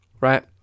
Right